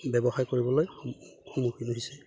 ব্যৱসায় কৰিবলৈ সন্মুখীন হৈছে